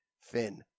Finn